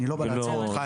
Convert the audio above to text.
אני לא רוצה לעצור אותך,